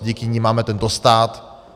Díky nim máme tento stát.